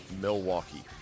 Milwaukee